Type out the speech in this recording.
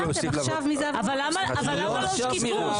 למה לא שקיפות?